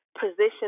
position